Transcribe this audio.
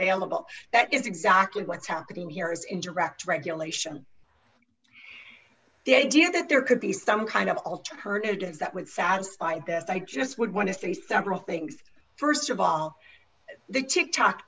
available that is exactly what's happening here is in direct regulation the idea that there could be some kind of alternative that would satisfy that i just would want to say several things st of all the tick tock